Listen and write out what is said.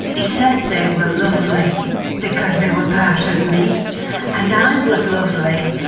he said they were lovely because they were part of me and i was lovely,